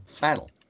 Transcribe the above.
battle